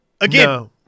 Again